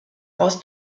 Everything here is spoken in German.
aus